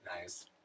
Nice